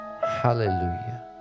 Hallelujah